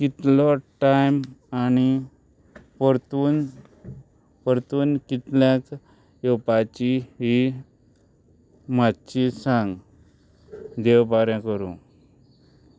कितलो टायम आनी परतून परतून कितल्याक येवपाची ही मातशी सांग देव बरें करूं